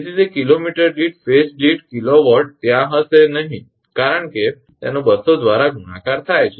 તેથી તે કિલોમીટર દીઠ ફેઝ દીઠ કિલોવોટ ત્યાં હશે નહીં કારણ કે તેનો 200 દ્વારા ગુણાકાર થાય છે